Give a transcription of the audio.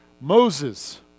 Moses